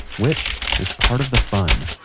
which is part of the fun